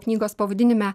knygos pavadinime